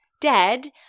Dead